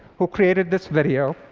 who created this video.